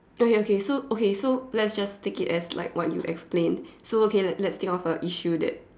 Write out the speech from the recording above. ya ya okay so okay so lets just take it as like what you explain so okay lets think of an issue that